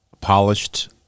polished